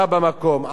עד שהגיעו